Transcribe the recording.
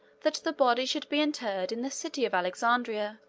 that the body should be interred in the city of alexandria.